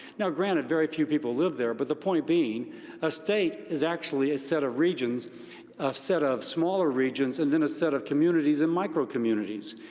granted, very few people live there, but the point being a state is actually a set of regions, a set of smaller regions, and then a set of communities and micro-communities.